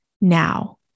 now